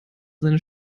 seine